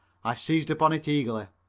i seized upon it eagerly.